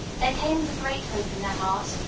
they came with a great hope in their hearts,